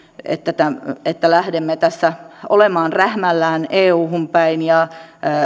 että lähdemme tässä olemaan rähmällään euhun päin ja